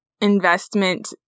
investment